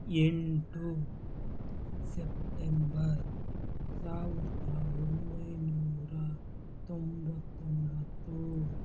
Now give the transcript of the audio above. ಎಂಟು ಸೆಪ್ಟೆಂಬರ್ ಸಾವಿರದ ಒಂಬೈನೂರ ತೊಂಬತ್ತೊಂಬತ್ತು